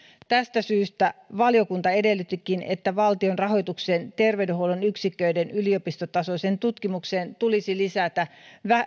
tästä syystä valiokunta edellyttikin että valtionrahoitukseen terveydenhuollon yksiköiden yliopistotasoiseen tutkimukseen tulisi lisätä